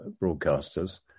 broadcasters